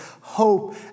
hope